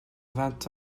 vingt